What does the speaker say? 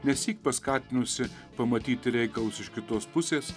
nesyk paskatinusi pamatyti reikalus iš kitos pusės